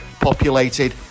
populated